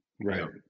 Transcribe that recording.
Right